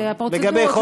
והפרוצדורות,